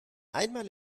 einmal